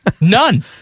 None